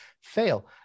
fail